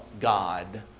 God